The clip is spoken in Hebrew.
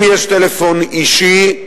אם יש טלפון אישי,